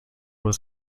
was